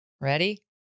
Ready